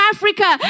Africa